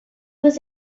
was